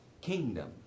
kingdom